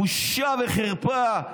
בושה וחרפה.